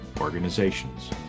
organizations